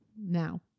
now